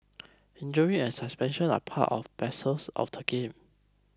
injury and suspension are part of parcels of the game